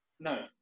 No